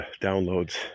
downloads